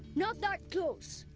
not that close!